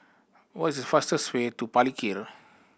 what is the fastest way to Palikir